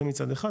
זה מצד אחד,